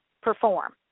perform